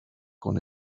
con